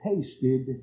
tasted